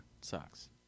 sucks